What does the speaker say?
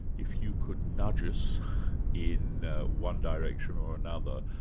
if you could nudge us in ah one direction or another,